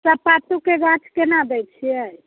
सपाटूके गाछ केना दय छियै